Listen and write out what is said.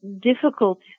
difficult